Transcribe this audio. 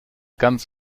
ganz